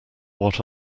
what